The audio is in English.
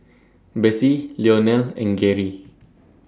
Bessie Leonel and Geri